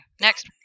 next